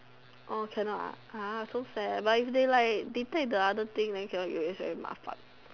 oh cannot ah !huh! so sad but if they like detect the other thing then cannot use then very 麻烦